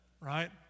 right